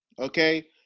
Okay